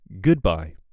Goodbye